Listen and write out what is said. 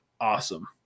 awesome